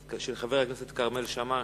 של חבר הכנסת כרמל שאמה,